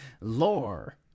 lore